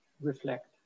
reflect